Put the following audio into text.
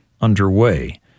underway